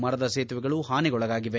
ಮರದ ಸೇತುವೆಗಳು ಹಾನಿಗೊಳಗಾಗಿವೆ